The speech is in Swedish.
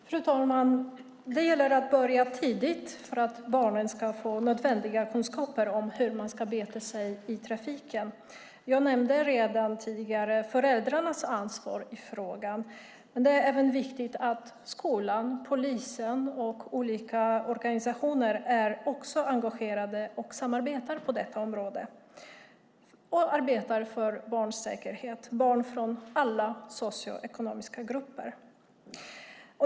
Fru talman! Det gäller att börja tidigt för att barnen ska få nödvändiga kunskaper om hur man ska bete sig i trafiken. Jag nämnde tidigare föräldrarnas ansvar. Det är viktigt att även skolan, polisen och olika organisationer är engagerade och samarbetar på detta område och arbetar för barns säkerhet. Det gäller barn i alla socioekonomiska grupper.